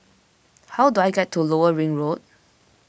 how do I get to Lower Ring Road